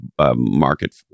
market